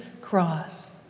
cross